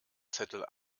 zettel